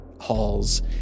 halls